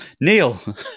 Neil